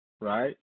right